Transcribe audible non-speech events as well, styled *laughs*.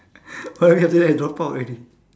*laughs* one week after that I drop out already